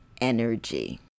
energy